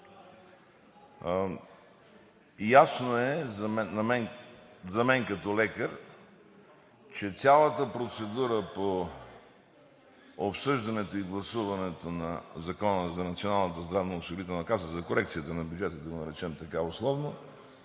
Ясно е за мен като лекар, че цялата процедура по обсъждането и гласуването на Закона за Националната здравноосигурителна каса – за корекцията на бюджета, да го наречем така условно,